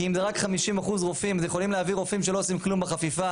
כי אם זה רק 50% רופאים אז יכולים להביא רופאים שלא עושים כלום בחפיפה,